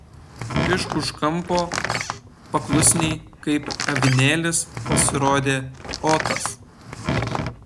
iš už kampo paklusniai kaip avinėlis pasirodė otas